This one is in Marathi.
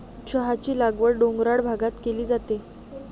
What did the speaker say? चहाची लागवड डोंगराळ भागात केली जाते